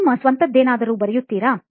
ನಿಮ್ಮ ಸ್ವಂತದ್ದೇನಾದರೂ ಬರೆಯುತ್ತೀರಾ